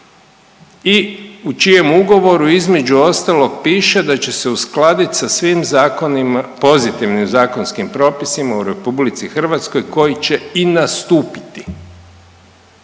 i u čijem ugovoru između ostalog piše da će se uskladit sa svim zakonima, pozitivnim zakonskim propisima u RH koji će i nastupiti.